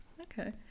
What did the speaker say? Okay